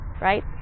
right